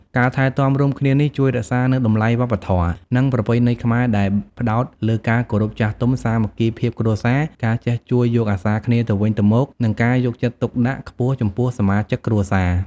ការថែទាំរួមគ្នានេះជួយរក្សានូវតម្លៃវប្បធម៌ និងប្រពៃណីខ្មែរដែលផ្ដោតលើការគោរពចាស់ទុំ សាមគ្គីភាពគ្រួសារ ការចេះជួយយកអាសាគ្នាទៅវិញទៅមក និងការយកចិត្តទុកដាក់ខ្ពស់ចំពោះសមាជិកគ្រួសារ។